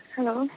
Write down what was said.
Hello